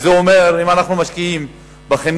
וזה אומר, אם אנחנו משקיעים בחינוך